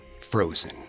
frozen